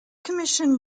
commission